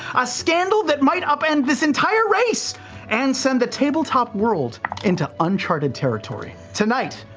a scandal that might upend this entire race and send the tabletop world into uncharted territory. tonight,